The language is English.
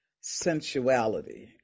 sensuality